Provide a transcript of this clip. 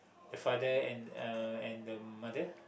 father and uh and the mother